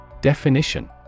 Definition